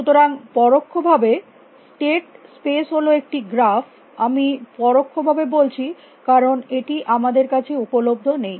সুতরাং পরোক্ষভাবে state space হল একটি গ্রাফ আমি পরোক্ষভাবে বলছি কারণ এটি আমাদের কাছে উপলব্ধ নেই